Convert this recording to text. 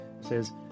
says